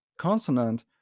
consonant